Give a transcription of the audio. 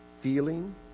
feeling